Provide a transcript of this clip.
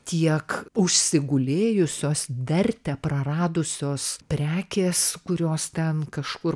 tiek užsigulėjusios vertę praradusios prekės kurios ten kažkur